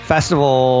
Festival